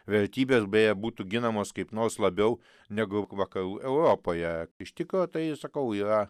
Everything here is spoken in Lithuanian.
vertybės beje būtų ginamos kaip nors labiau negu vakarų europoje ištiko tai sakau yra